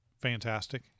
fantastic